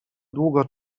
długo